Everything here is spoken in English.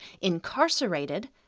incarcerated